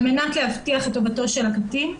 על מנת להבטיח את טובתו של הקטין.